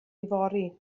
ifori